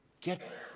get